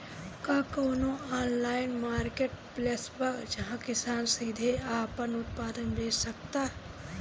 का कोनो online marketplace बा जहां किसान सीधे अपन उत्पाद बेच सकता?